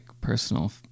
personal